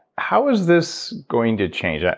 how was this going to change? yeah